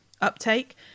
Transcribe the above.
uptake